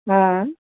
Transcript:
हा